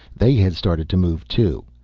they had started to move too.